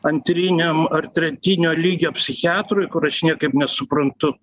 antriniam ar tretinio lygio psichiatrui kur aš niekaip nesuprantu